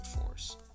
force